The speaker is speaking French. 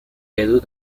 cadeau